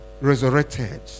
resurrected